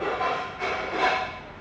oh